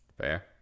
fair